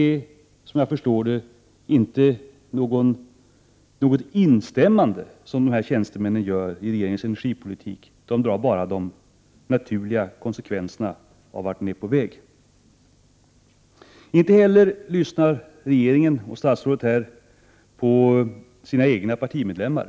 Såvitt jag förstår instämmer dessa tjänstemän inte i regeringens energipolitik, de drar bara de naturliga konsekvenserna av vart den är på väg. Inte heller lyssnar regeringen och statsrådet Dahl på sina egna partimedlemmar.